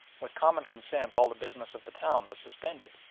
with common consent all the business of the town was suspended,